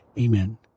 Amen